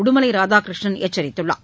உடுமலை ராதாகிருஷ்ணன் எச்சரித்துள்ளார்